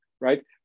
right